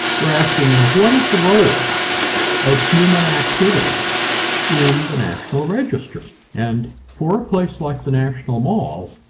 we're asking, and what is the role of human activity in the national register. and for a place like the national mall,